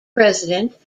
president